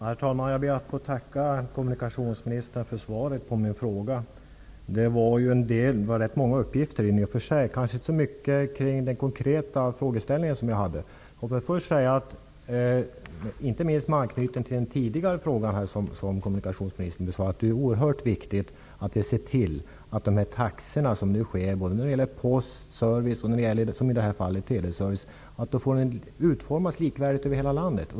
Herr talman! Jag ber att få tacka kommunikationministern för svaret på min fråga. Det innehöll rätt många uppgifter, men kanske inte så många i anslutning till min konkreta fråga. Låt mig inte minst med anknytning till den tidigare fråga som kommunikationsministern besvarade säga att det är oerhört viktigt att taxorna för postservice och för teleservice utformas likformigt över hela landet.